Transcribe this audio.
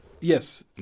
Yes